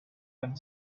and